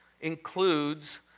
includes